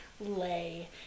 lay